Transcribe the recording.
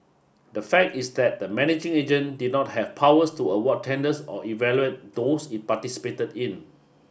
the fact is that the managing agent did not have powers to award tenders or evaluate those it participated in